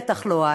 בטח לא אז.